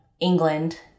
England